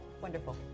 Wonderful